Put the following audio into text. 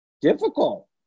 difficult